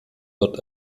wird